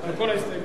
על כל ההסתייגויות.